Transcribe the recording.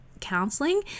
counseling